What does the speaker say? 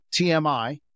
TMI